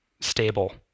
stable